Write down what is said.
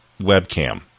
webcam